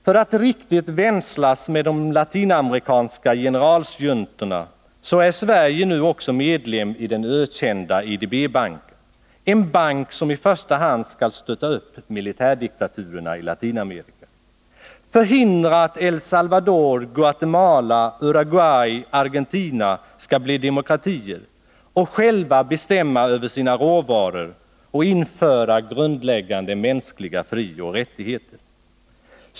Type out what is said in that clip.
För att riktigt vänslas med de latinamerikanska generalsjuntorna är Sverige medlem i den ökända IDB-banken, en bank som i första hand skall stötta militärdiktaturerna i Latinamerika, förhindra att El Salvador, Guatemala, Uruguay och Argentina blir demokratier och själva bestämmer över sina råvaror och inför grundläggande mänskliga frioch rättigheter.